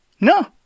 No